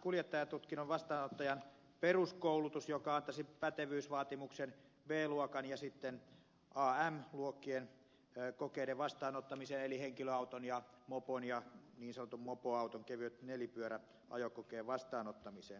kuljettajatutkinnon vastaanottajan peruskoulutus joka antaisi pätevyysvaatimuksen b luokan ja am luokkien kokeiden vastaanottamiseen eli henkilöauton ja mopon ja niin sanotun mopoauton kevyen nelipyörän ajokokeen vastaanottamiseen